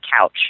couch